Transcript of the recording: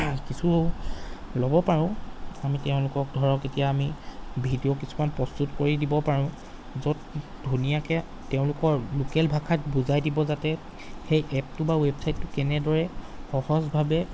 কিছু ল'ব পাৰোঁ আমি তেওঁলোকক ধৰক এতিয়া আমি ভিডিঅ' কিছুমান প্ৰস্তুত কৰি দিব পাৰোঁ য'ত ধুনীয়াকৈ তেওঁলোকৰ লোকেল ভাষাত বুজাই দিব যাতে সেই এপটো বা ৱেবছাইটটো কেনেদৰে সহজভাৱে